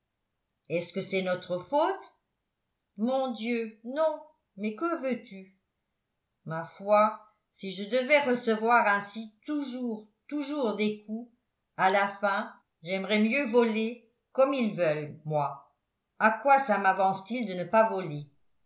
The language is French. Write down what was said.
est-ce que c'est notre faute mon dieu non mais que veux-tu ma foi si je devais recevoir ainsi toujours toujours des coups à la fin j'aimerais mieux voler comme ils veulent moi à quoi ça mavance t il de ne pas voler